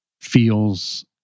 feels